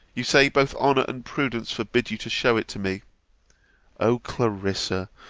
you say, both honour and prudence forbid you to shew it to me o clarissa!